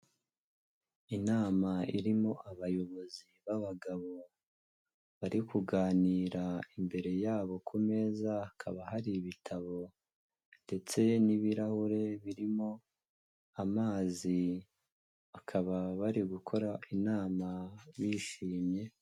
Inama irimo abayobozi b'abagabo, bari kuganira imbere yabo ku meza hakaba hari ibitabo ndetse n'ibirahure birimo amazi, bakaba bari gukora inama bishimye.